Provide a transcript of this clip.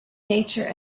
nature